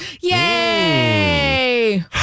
Yay